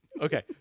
Okay